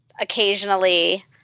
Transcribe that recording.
occasionally